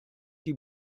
die